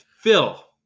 Phil